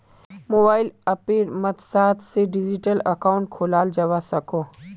mobile अप्पेर मद्साद से डिजिटल अकाउंट खोलाल जावा सकोह